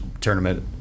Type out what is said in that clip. tournament